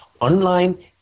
online